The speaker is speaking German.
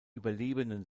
überlebenden